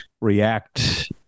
react